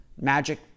Magic